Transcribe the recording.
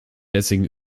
lessing